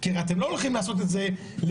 כי הרי אתם לא הולכים לעשות את זה לבנט,